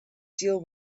deal